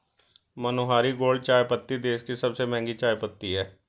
मनोहारी gold चायपत्ती देश की सबसे महंगी चायपत्ती है